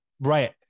Right